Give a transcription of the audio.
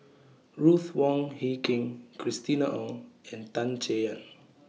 Ruth Wong Hie King Christina Ong and Tan Chay Yan